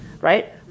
Right